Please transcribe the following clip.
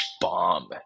bomb